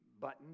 Button